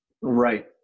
Right